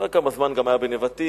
לאחר כמה זמן, היה גם בנבטים.